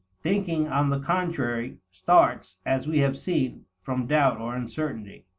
thinking on the contrary, starts, as we have seen, from doubt or uncertainty.